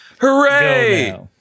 Hooray